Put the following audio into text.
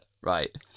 right